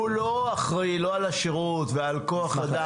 הוא לא אחראי לא על השרות ועל כוח אדם.